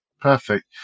perfect